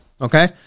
Okay